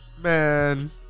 Man